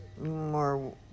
more